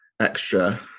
extra